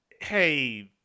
hey